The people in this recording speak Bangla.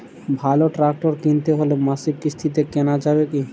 ভালো ট্রাক্টর কিনতে হলে মাসিক কিস্তিতে কেনা যাবে কি?